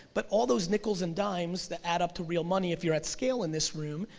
but all those nickels and dimes that add up to real money if you're at scale in this room,